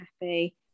happy